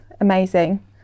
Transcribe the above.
amazing